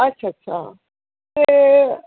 अच्छा अच्छा